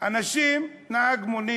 נהגי מונית,